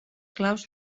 claus